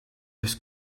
this